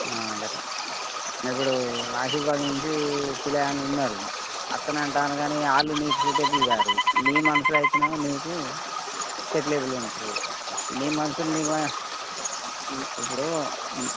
అట్లా ఇప్పుడు ఆసిఫాబాద్ నుంచి పిల్లగాళ్ళు ఉన్నారు వస్తానంటున్నారు గానీ వాళ్ళు నీకు సూటబుల్ కారు నీ మనుషులు అయితేనేమో నీకు సెట్లేబుల్గా ఉంటరు నీ మనుషులు ఇప్పుడు